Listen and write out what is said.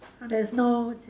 there's no